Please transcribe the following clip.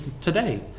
today